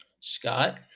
Scott